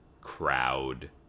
crowd